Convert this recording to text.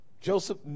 Joseph